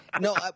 No